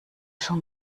schon